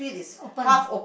is open